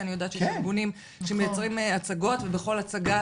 שאני יודעת שיש ארגונים שמייצרים הצגות ובכל הצגה